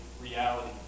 reality